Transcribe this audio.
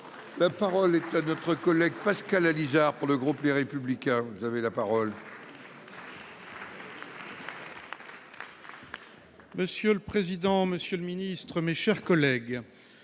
La parole est à notre collègue Pascal Alizard pour le groupe Les Républicains. Vous avez la parole. Monsieur le Président, Monsieur le Ministre, mes chers collègues,